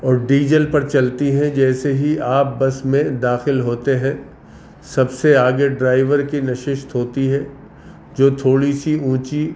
اور ڈیزل پر چلتی ہیں جیسے ہی آپ بس میں داخل ہوتے ہیں سب سے آگے ڈرائیور کی نشست ہوتی ہے جو تھوڑی سی اونچی